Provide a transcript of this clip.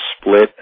split